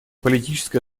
политическое